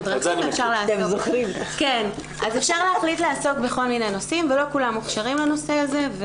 דרכים ובכל מיני נושאים ולא כולם מוכשרים לנושא הזה.